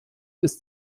ist